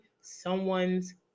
someone's